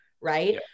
right